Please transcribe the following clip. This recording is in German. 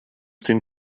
den